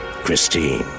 Christine